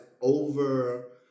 over